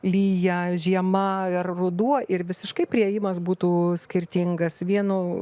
lyja žiema ar ruduo ir visiškai priėjimas būtų skirtingas vienu